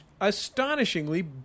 astonishingly